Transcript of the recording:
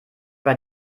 bei